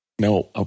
No